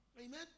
Amen